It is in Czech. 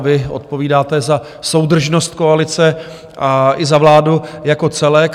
Vy odpovídáte za soudržnost koalice a i za vládu jako celek.